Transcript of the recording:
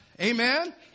Amen